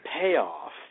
payoff